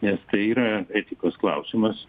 nes tai yra etikos klausimus